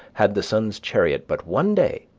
had the sun's chariot but one day,